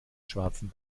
schwarzen